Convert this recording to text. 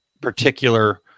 particular